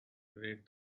rate